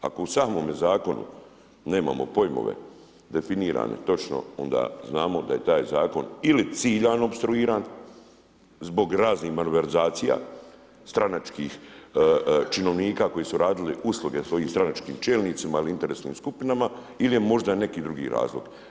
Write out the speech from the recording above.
Ako u samome zakonu nemamo pojmove definirane točno, onda znamo da je taj zakon ili ciljano opstruiran zbog raznih malverzacija, stranačkih činovnika koji su radili usluge svojim stranačkim čelnicima ili interesnim skupinama ili je možda neki drugi razlog.